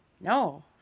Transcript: No